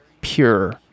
pure